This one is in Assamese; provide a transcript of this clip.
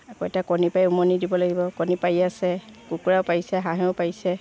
আকৌ এতিয়া কণী পাৰি উমনি দিব লাগিব কণী পাৰি আছে কুকুৰাও পাৰিছে হাঁহেও পাৰিছে